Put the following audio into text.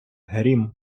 грім